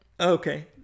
Okay